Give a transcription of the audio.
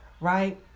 right